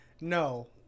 No